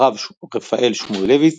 הרב רפאל שמואלביץ,